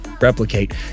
replicate